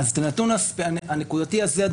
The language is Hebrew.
אין לי את הנתון הנקודתי הזה.